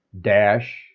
dash